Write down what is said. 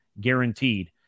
guaranteed